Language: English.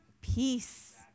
peace